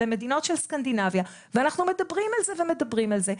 למדינות סקנדינביה ואנחנו מדברים על זה ומדברים על זה.